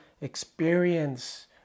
experience